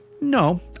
No